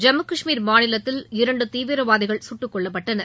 ஜம்மு கஷ்மீர் மாநிலத்தில் இரண்டு தீவிரவாதிகள் சுட்டுக்கொல்லப்பட்டனர்